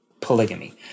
polygamy